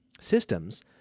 systems